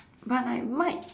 but like mic